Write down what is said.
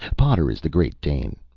potter is the great dane.